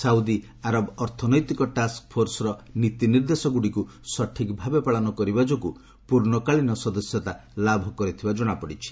Saudi Arab ଅର୍ଥନୈତିକ ଟାସ୍କଫୋର୍ସର ନୀତିନିର୍ଦ୍ଦେଶଗୁଡ଼ିକୁ ସଠିକ୍ ଭାବେ ପାଳନ କରିବା ଯୋଗୁଁ ପୂର୍ଣ୍ଣକାଳିନ ସଦସ୍ୟତା ଲାଭ କରିଥିବା ଜଣାପଡ଼ିଛି